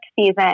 season